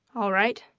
all right.